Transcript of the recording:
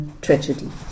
tragedy